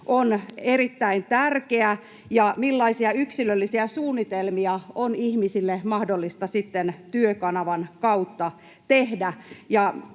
on erittäin tärkeä — millaisia yksilöllisiä suunnitelmia on ihmisille mahdollista sitten Työkanavan kautta tehdä.